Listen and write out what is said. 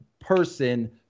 person